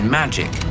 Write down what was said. magic